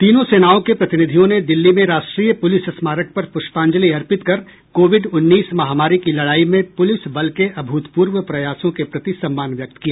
तीनों सेनाओं के प्रतिनिधियों ने दिल्ली में राष्ट्रीय पुलिस स्मारक पर पुष्पांजलि अर्पित कर कोविड उन्नीस महामारी की लड़ाई में पुलिस बल के अभूतपूर्व प्रयासों को प्रति सम्मान व्यक्त किया